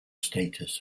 status